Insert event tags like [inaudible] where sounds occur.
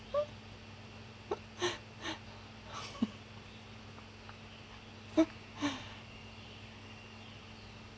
[laughs]